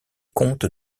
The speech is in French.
comtes